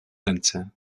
ręce